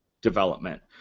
development